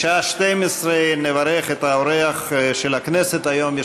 בשעה 12:00 נברך את האורח של הכנסת היום,